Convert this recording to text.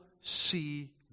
see